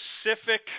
specific